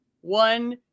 One